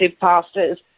pastors